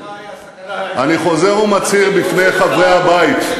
אני חוזר ומצהיר בפני חברי הבית,